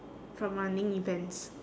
from running events